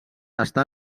està